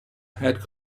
had